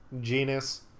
Genus